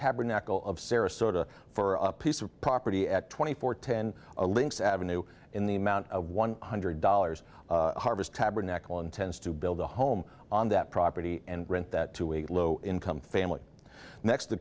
tabernacle of sarasota for a piece of property at twenty four ten a lynx ave in the amount of one hundred dollars harvest tabernacle intends to build a home on that property and rent that to a low income family next the